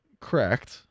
Correct